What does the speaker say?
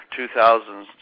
2,000